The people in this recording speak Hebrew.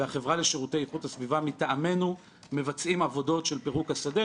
והחברה לשירותי איכות הסביבה מטעמנו מבצעים עבודות של פירוק השדה.